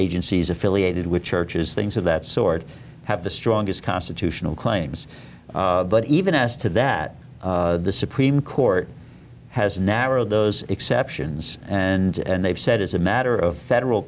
agencies affiliated with churches things of that sort have the strongest constitutional claims but even as to that the supreme court has narrow those exceptions and they've said as a matter of federal